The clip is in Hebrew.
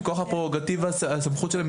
מכוח הפררוגטיבה, הסמכות שלהם